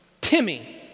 Timmy